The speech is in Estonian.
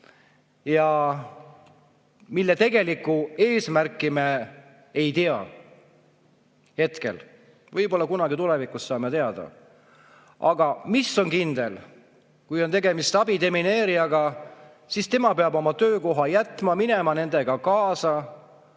mille tegelikku eesmärki me hetkel ei tea, võib-olla kunagi tulevikus saame teada. Aga mis on kindel? Kui on tegemist abidemineerijaga, siis tema peab oma töökoha jätma, minema [demineerijatega]